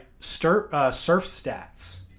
SurfStats